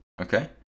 Okay